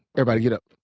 everybody get up.